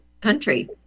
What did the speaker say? country